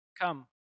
Come